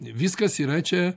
viskas yra čia